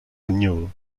renewal